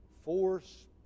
force